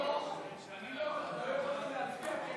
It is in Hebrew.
אני לא יכולתי להצביע, כי